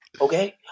okay